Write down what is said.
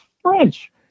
French